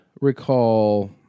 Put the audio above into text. recall